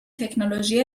تکنولوژی